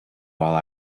while